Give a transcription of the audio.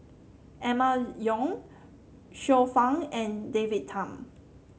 Emma Yong Xiu Fang and David Tham